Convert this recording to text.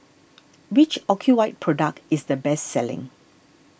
which Ocuvite product is the best selling